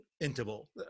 interval